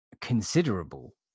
considerable